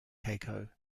cacao